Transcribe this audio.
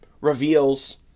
reveals